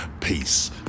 peace